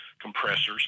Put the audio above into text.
compressors